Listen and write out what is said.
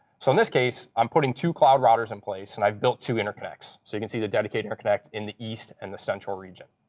so in this case, i'm putting two cloud routers in place, and i've built two interconnects. so you can see the dedicated interconnect in the east and the central region.